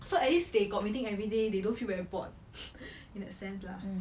so at least they got meeting every day they don't feel very bored in that sense lah